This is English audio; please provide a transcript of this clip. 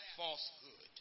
falsehood